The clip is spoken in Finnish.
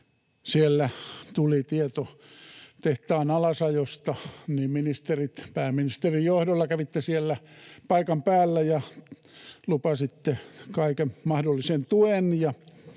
kun tuli tieto tehtaan alasajosta, niin ministerit, pääministerin johdolla, kävitte siellä paikan päällä ja lupasitte kaiken mahdollisen tuen,